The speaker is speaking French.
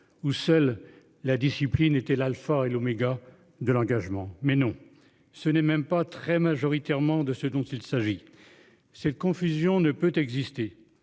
où seule la discipline était l'Alpha et l'oméga de l'engagement. Mais non ce n'est même pas très majoritairement de ce dont il s'agit c'est le confusion ne peut exister.